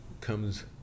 comes